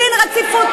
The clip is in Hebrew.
דין רציפות.